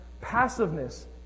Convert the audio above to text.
Passiveness